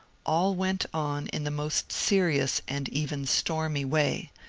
all went on in the most serious and even stormy way,